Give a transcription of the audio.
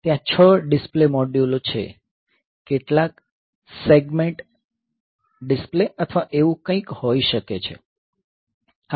ત્યાં 6 ડિસ્પ્લે મોડ્યુલો છે કેટલાક સેગમેન્ટ ડિસ્પ્લે અથવા એવું કંઈક હોઈ શકે છે